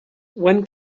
when